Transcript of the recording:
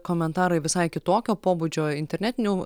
komentarai visai kitokio pobūdžio internetinių